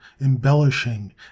embellishing